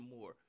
more